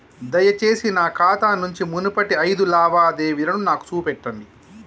దయచేసి నా ఖాతా నుంచి మునుపటి ఐదు లావాదేవీలను నాకు చూపెట్టండి